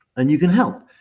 and you can help.